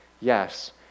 Yes